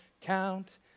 Count